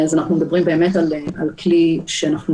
אפילו של